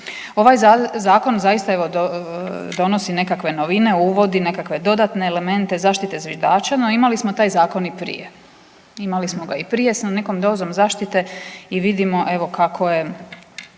Ovaj Zakon zaista evo, donosi nekakve novine, uvodi nekakve nove elemente zaštite zviždača, no imali smo taj zakon i prije. Imali smo ga i prije sa nekom dozom zaštite i vidimo evo, kako je